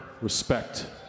respect